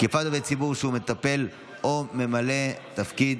(תקיפת עובד ציבור שהוא מטפל או ממלא תפקיד